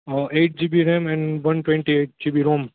eight GB RAM and one twenty eight GB Rome